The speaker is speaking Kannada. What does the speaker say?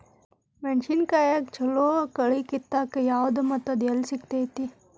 ಮೆಣಸಿನಕಾಯಿಗ ಛಲೋ ಕಳಿ ಕಿತ್ತಾಕ್ ಯಾವ್ದು ಮತ್ತ ಅದ ಎಲ್ಲಿ ಸಿಗ್ತೆತಿ?